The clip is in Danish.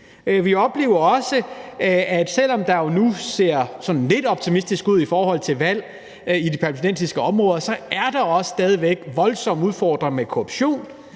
Vi oplever også, at selv om det jo nu ser sådan lidt positivt ud i forhold til valg i de palæstinensiske områder, er der også stadig væk voldsomme udfordringer med korruption,